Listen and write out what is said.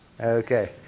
Okay